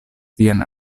vian